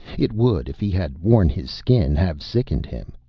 it would, if he had worn his skin, have sickened him.